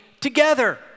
together